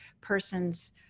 person's